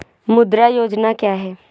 मुद्रा योजना क्या है?